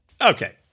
Okay